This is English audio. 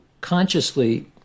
consciously